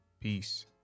Peace